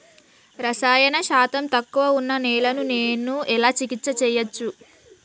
రసాయన శాతం తక్కువ ఉన్న నేలను నేను ఎలా చికిత్స చేయచ్చు?